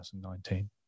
2019